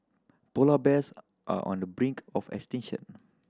polar bears are on the brink of extinction